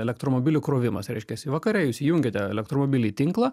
elektromobilių krovimas reiškiasi vakare jūs įjungiate elektromobilį į tinklą